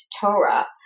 Torah